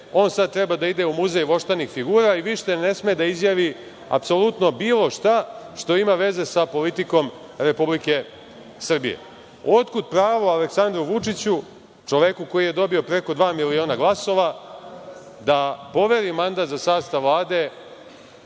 On sad treba da ide u muzej voštanih figura i više ne sme da izjavi apsolutno bilo šta što ima veze sa politikom Republike Srbije. Otkud pravo Aleksandru Vučiću, čoveku koji je dobio preko dva miliona glasova da poveri mandat za sastav Vlade